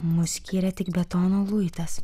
mus skiria tik betono luitas